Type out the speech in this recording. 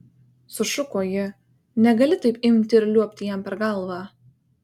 sušuko ji negali taip imti ir liuobti jam per galvą